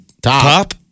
top